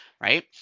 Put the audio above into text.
Right